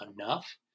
enough